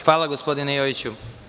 Hvala, gospodine Jojiću.